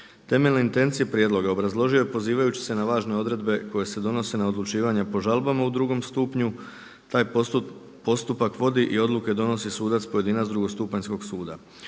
Temeljne intencije prijedloga obrazložio je pozivajući se na važne odredbe koje se donose na odlučivanje po žalbama u drugom stupnju. Taj postupak vodi i odluke donosi sudac pojedinac drugostupanjskog suda.